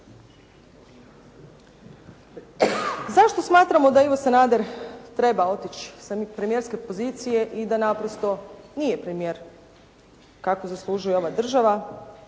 Zašto smatramo da Ivo Sanader treba otići sa premijerske pozicije i da naprosto nije premijer kakvog zaslužuje ova država?